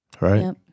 right